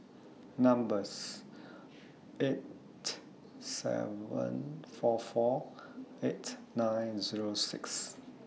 numbers eight seven four four eight nine Zero six